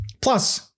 plus